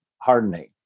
hardening